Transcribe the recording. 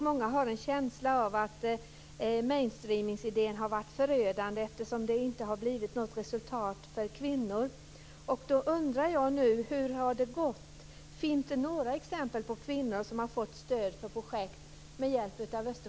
Många har en känsla av att mainstream-idén har varit förödande eftersom det inte har blivit något resultat för kvinnor. Då undrar jag: Hur har det gått? Finns det några exempel på kvinnor som har fått stöd för projekt ur